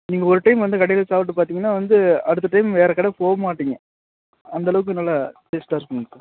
நீங்கள் ஒரு டைம் வந்து கடையில் சாப்பிட்டு பார்த்தீங்கன்னா வந்து அடுத்த டைம் வேற கடை போக மாட்டீங்க அந்தளவுக்கு நல்லா டேஸ்ட்டாக இருக்கும்